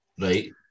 Right